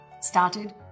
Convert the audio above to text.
started